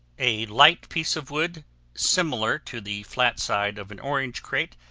a light piece of wood similar to the flat side of an orange crate,